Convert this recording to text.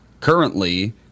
currently